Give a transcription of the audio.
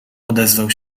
odezwał